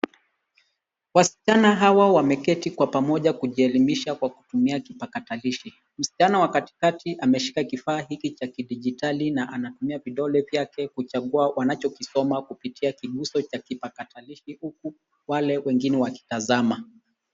Wasichana hawa wameketi kwa pamoja kujielimisha kwa kutumia kipakatalishi, msichana aliya katikati ameshika kifaa hiki cha kidijitali na anatumia vidole vyake kuchagua wanachokisoma kupitia kiguso cha kipakatalishi huku wale wengine wakitazama.